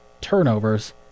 turnovers